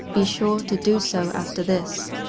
be sure to do so after this.